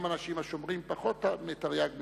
גם אנשים השומרים פחות מתרי"ג מצוות,